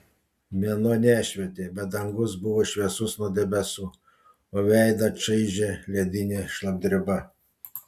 mėnuo nešvietė bet dangus buvo šviesus nuo debesų o veidą čaižė ledinė šlapdriba